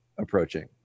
approaching